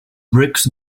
rix